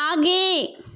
आगे